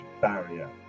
barrier